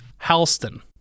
Halston